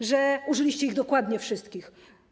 To, że użyliście ich dokładnie wszystkich.